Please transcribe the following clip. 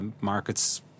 markets